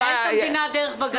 ננהל את המדינה דרך בג"צ...